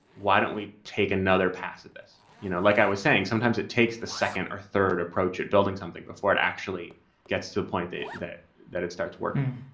why don't we take another pass at this? you know like i was saying, sometimes it takes the second or third approach at building something before it actually gets to a point that that it starts working.